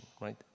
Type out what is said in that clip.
right